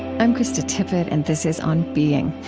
i'm krista tippett and this is on being.